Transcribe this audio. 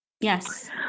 Yes